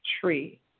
tree